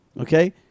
Okay